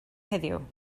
heddiw